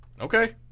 Okay